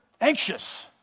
anxious